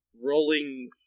rolling